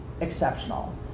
exceptional